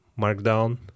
Markdown